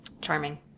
Charming